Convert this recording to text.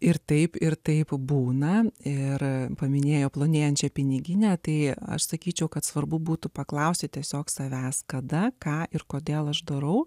ir taip ir taip būna ir paminėjo plonėjančią piniginę tai aš sakyčiau kad svarbu būtų paklausti tiesiog savęs kada ką ir kodėl aš darau